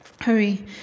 hurry